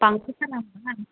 दासो सानामोन आं